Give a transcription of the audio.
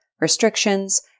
restrictions